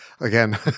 Again